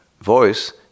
voice